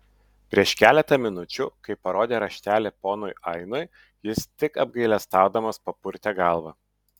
prieš keletą minučių kai parodė raštelį ponui ainui jis tik apgailestaudamas papurtė galvą